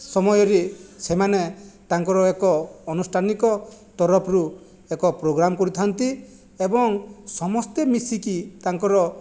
ସମୟରେ ସେମାନେ ତାଙ୍କର ଏକ ଅନୁଷ୍ଠାନିକ ତରଫରୁ ଏକ ପୋଗ୍ରାମ କରୁଥାନ୍ତି ଏବଂ ସମସ୍ତେ ମିଶିକି ତାଙ୍କର